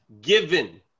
given